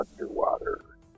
underwater